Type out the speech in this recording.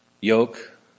Yoke